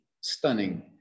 stunning